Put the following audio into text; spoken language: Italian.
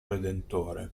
redentore